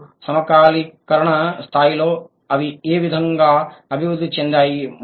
మరియు సమకాలీకరణ స్థాయిలో అవి ఏ విధంగా అభివృద్ధి చెందాయి